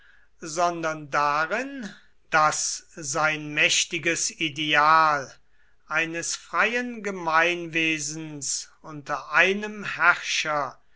sondern darin daß sein mächtiges ideal eines freien gemeinwesens unter einem herrscher